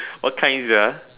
what kind sia